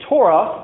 Torah